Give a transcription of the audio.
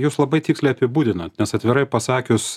jūs labai tiksliai apibūdinot nes atvirai pasakius